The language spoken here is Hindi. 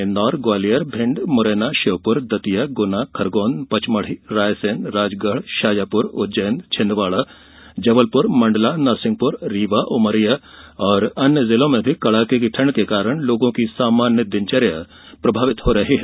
इंदौर ग्वालियर भिंड मुरैना श्योपुर दतिया गुना खरगोन पचमढ़ी रायसेन राजगढ़ शाजापुर उज्जैन छिंदवाड़ा जबलपुर मंडला नरसिंहपुर रीवा उमरिया और अन्य जिलों में भी कड़ाके की ठंड के कारण लोगों की सामान्य दिनचर्या प्रभावित हो रही है